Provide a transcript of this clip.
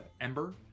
Ember